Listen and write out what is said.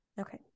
okay